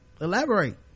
elaborate